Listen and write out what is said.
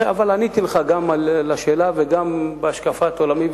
עניתי לך גם על השאלה וגם בהשקפת עולמי,